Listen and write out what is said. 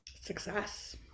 Success